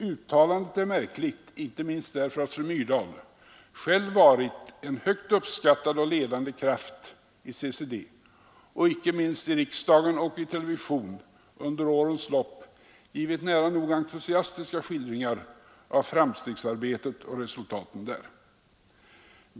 Uttalandet är märkligt icke minst därför att fru Myrdal själv varit en högt uppskattad och ledande kraft i CCD, och i riksdagen och i TV under årens lopp lämnat nära nog entusiastiska skildringar av framstegsarbetet och resultaten där.